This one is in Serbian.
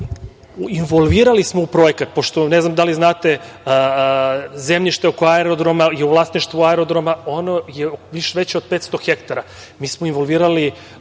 involvirali smo u projekat, pošto ne znam da li znate, zemljište oko aerodroma je u vlasništvu aerodroma, ono je veće od 500 hektara. Mi smo involvirali